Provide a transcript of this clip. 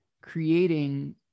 creating